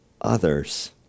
others